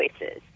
choices